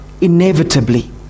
inevitably